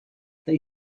they